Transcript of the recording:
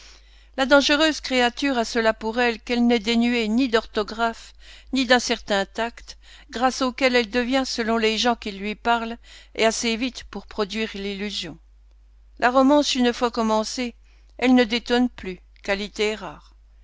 la dangereuse créature a cela pour elle qu'elle n'est dénuée ni d'orthographe ni d'un certain tact grâce auquel elle devient selon les gens qui lui parlent et assez vite pour produire l'illusion la romance une fois commencée elle ne détonne plus qualité rare